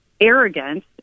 arrogance